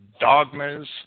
Dogmas